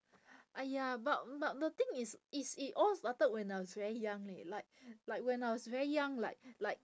!aiya! but but the thing is is it all started when I was very young leh like like when I was very young like like